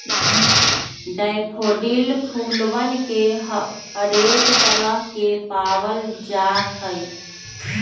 daffodil फूलवन के हरेक तरह के पावल जाहई